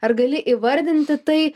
ar gali įvardinti tai